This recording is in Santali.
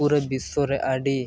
ᱯᱩᱨᱟᱹ ᱵᱤᱥᱥᱚᱨᱮ ᱟᱰᱤ